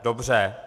Dobře.